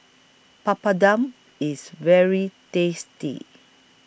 Papadum IS very tasty